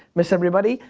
miss everybody.